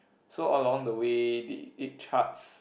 so along the way the it charts